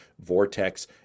vortex